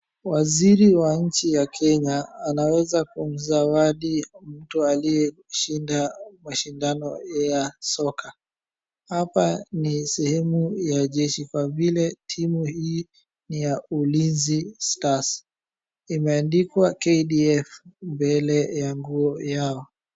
Waziri wa nchi ya Kenya anaweza kumzawadi mtu aliyeshinda mashindano ya soka. Hapa ni sehemu ya jeshi kwa vile timu hii ni ya Ulinzi Stars. Imeandikwa KDF mbele ya nguo yao.